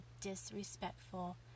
disrespectful